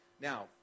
Now